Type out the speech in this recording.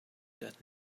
that